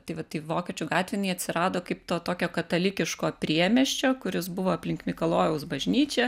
tai va tai vokiečių gatvė jinai atsirado kaip to tokio katalikiško priemiesčio kuris buvo aplink mikalojaus bažnyčią